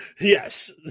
Yes